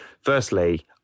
firstly